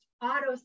Auto